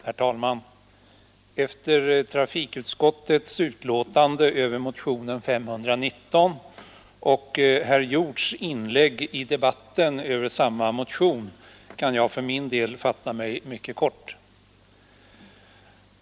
Herr talman! Efter trafikutskottets yttrande över motionen 519 och herr Hjorths inlägg i debatten över samma motion kan jag för min del fatta mig mycket kort.